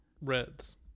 Reds